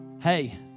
Hey